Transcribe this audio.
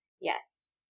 Yes